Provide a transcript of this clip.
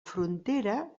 frontera